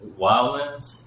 Wildlands